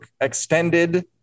extended